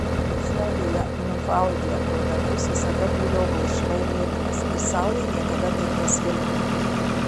šiaurėje niufaundlendo dangus visada būdavo balkšvai mėlynas ir saulė niekada taip nesvilino